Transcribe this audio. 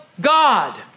God